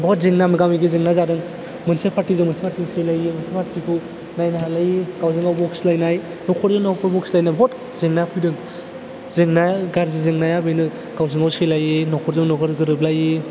बुहुत जेंना मोगा मोगि जेंना जादों मोनसे पार्टिजों मोनसे पार्टि सैलायि मोनसे पार्टिखौ नायनो हालायि गावजों गाव बखिलायनाय नखरजों नखर बखिलायनाय बुहुत जेंना फैदों जेंना गाज्रि जेंनाया बेनो गावजोंगाव सैलायि नखरजों नखर गोरोबलायि